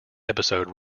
episode